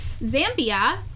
Zambia